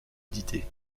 édité